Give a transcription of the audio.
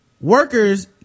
Workers